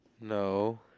No